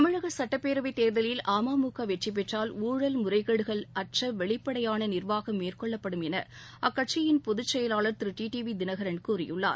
தமிழக சுட்டப்பேரவைத் தேர்தலில் அமமுக வெற்றி பெற்றால் ஊழல் முறைகேடுகள் அற்ற வெளிப்படையான நிர்வாகம் மேற்கொள்ளப்படும் என அக்கட்சியின் பொதுச் செயலாளர் Thiru T T V Dhinakaran கூறியுள்ளார்